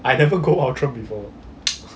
I never go outram before